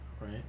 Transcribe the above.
Right